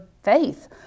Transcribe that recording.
Faith